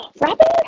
Rabbit